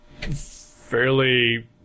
fairly